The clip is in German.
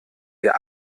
der